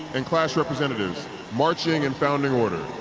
and class representatives marching in founding order.